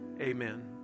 Amen